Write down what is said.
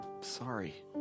sorry